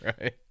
Right